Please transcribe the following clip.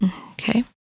Okay